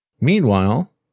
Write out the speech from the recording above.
Meanwhile